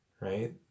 right